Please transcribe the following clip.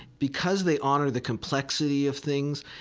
because they honor the complexity of things,